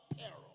peril